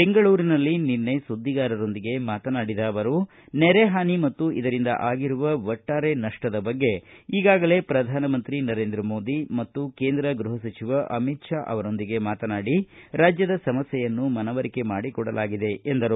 ಬೆಂಗಳೂರಿನಲ್ಲಿ ನಿನ್ನೆ ಸುದ್ವಿಗಾರರೊಂದಿಗೆ ಮಾತನಾಡಿದ ಅವರು ನೆರೆ ಹಾನಿ ಮತ್ತು ಇದರಿಂದ ಆಗಿರುವ ಒಟ್ಟಾರೆ ನಪ್ಪದ ಬಗ್ಗೆ ಈಗಾಗಲೇ ಪ್ರಧಾನಮಂತ್ರಿ ನರೇಂದ್ರ ಮೋದಿ ಮತ್ತು ಕೇಂದ್ರ ಗೃಹ ಸಚಿವ ಅಮಿತ್ ಶಾ ಅವರೊಂದಿಗೆ ಮಾತನಾಡಿ ರಾಜ್ಯ ಸಮಸ್ಟೆಯನ್ನು ಮನವರಿಕೆ ಮಾಡಿಕೊಡಲಾಗಿದೆ ಎಂದರು